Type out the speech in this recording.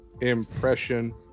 impression